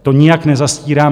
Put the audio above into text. To nijak nezastírám.